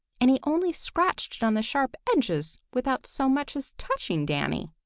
and he only scratched on the sharp edges without so much as touching danny.